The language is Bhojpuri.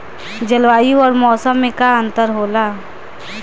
जलवायु और मौसम में का अंतर होला?